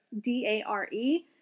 D-A-R-E